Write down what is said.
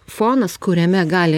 fonas kuriame gali